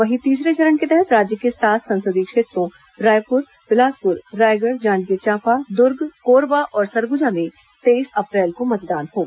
वहीं तीसरे चरण के तहत राज्य के सात संसदीय क्षेत्रों रायपुर बिलासपुर रायगढ़ जांजगीर चांपा दुर्ग कोरबा और सरगुजा में तेईस अप्रैल को मतदान होगा